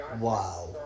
Wow